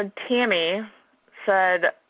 and tammy said,